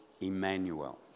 Emmanuel